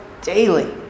daily